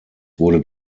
wurde